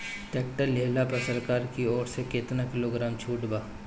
Tractor लिहला पर सरकार की ओर से केतना किलोग्राम छूट बा?